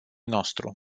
nostru